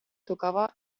tocaba